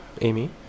Amy